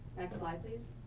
next slide, please.